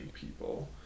people